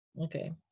Okay